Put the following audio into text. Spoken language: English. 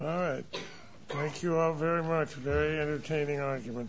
all right thank you very much for a very entertaining argument